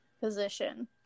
position